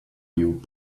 you